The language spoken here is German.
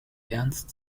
ernst